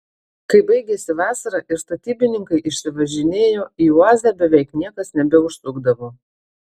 kai baigėsi vasara ir statybininkai išsivažinėjo į oazę beveik niekas nebeužsukdavo